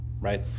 right